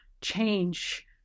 change